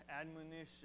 admonition